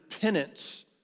penance